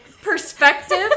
perspective